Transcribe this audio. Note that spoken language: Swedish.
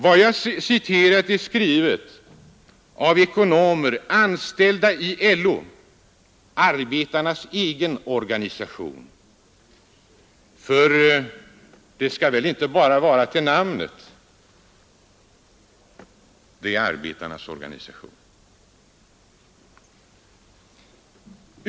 Vad jag citerat är skrivet av ekonomer anställda i LO, arbetarnas egen organisation. För det skall väl inte endast till namnet vara en arbetarnas organisation.